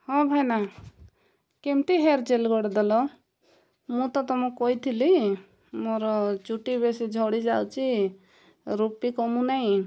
ହଁ ଭାଇନା କେମିତି ହେୟାର ଜେଲ୍ ଗୋଟେ ଦେଲ ମୁଁ ତ ତୁମକୁ କହିଥିଲି ମୋର ଚୁଟି ବେଶୀ ଝଡ଼ି ଯାଉଛି ରୁପି କମୁନାଇଁ